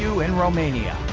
you in romania